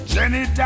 Jenny